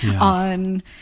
on